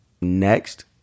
next